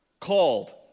called